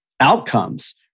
outcomes